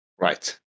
Right